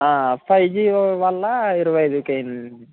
ఫై G వల్ల ఇరవై ఐదుకే